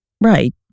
Right